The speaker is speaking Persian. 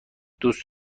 دوست